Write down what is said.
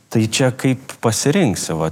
tai čia kaip pasirinksi va